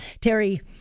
Terry